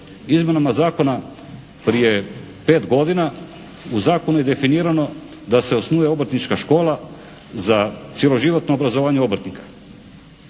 Izmjenama zakona prije pet godina, u zakonu je definirano da se osnuje Obrtnička škola za cjeloživotno obrazovanje obrtnika.